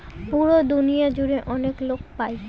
পুরো দুনিয়া জুড়ে অনেক লোক পাই